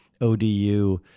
ODU